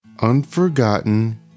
Unforgotten